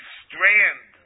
strand